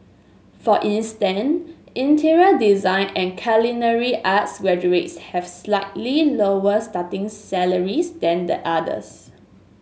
for instance interior design and culinary arts graduates have slightly lower starting salaries than the others